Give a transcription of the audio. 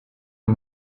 aux